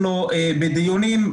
אנחנו בדיונים,